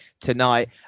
tonight